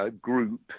group